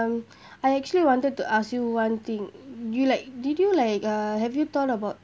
um I actually wanted to ask you one thing you like did you like uh have you thought about